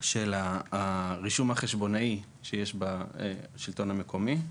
של הרישום החשבונאי שיש בשלטון המקומי.